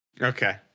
Okay